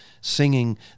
singing